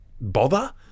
bother